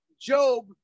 Job